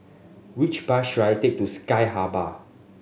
which bus should I take to Sky Habitat